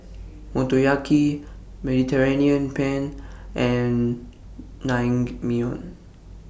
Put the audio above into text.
Motoyaki Mediterranean Penne and Naengmyeon